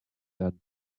that